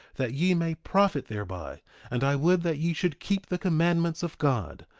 that ye may profit thereby and i would that ye should keep the commandments of god,